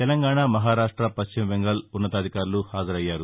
తెలంగాణ మహారాష్ట పశ్చిమ బెంగాల్ ఉన్నతాధికారులు హాజరయ్యారు